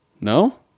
No